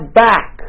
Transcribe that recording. back